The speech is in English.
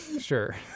Sure